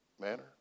manner